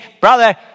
brother